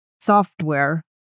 software